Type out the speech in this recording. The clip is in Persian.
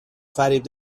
فریب